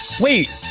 Wait